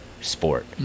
sport